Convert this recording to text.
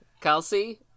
Kelsey